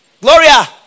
Gloria